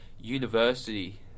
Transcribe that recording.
university